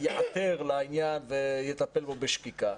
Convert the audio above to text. ייעתר לעניין ויטפל בו בשקיקה.